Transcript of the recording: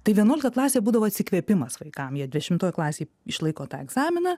tai vienuolikta klasė būdavo atsikvėpimas vaikam jie dešimtoj klasėj išlaiko tą egzaminą